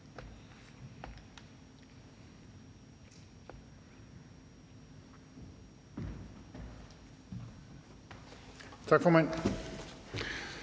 Tak for det.